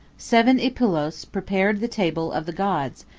seven epulos prepared the table of the gods,